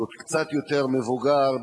קצת יותר מבוגר,